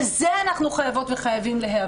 על זה אנחנו חייבות וחייבים להיאבק.